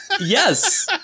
Yes